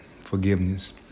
forgiveness